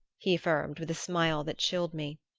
he affirmed with a smile that chilled me.